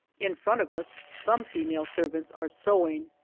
in front of us some female servants are sewing,